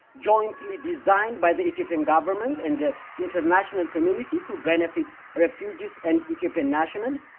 jointly designed by the ethiopian government and the international community to benefit refugees and ethiopian nationals,